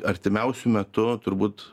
artimiausiu metu turbūt